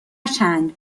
چند